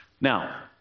Now